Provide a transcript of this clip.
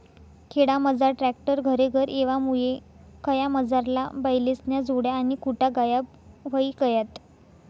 खेडामझार ट्रॅक्टर घरेघर येवामुये खयामझारला बैलेस्न्या जोड्या आणि खुटा गायब व्हयी गयात